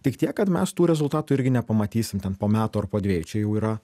tik tiek kad mes tų rezultatų irgi nepamatysim ten po metų ar po dviejų čia jau yra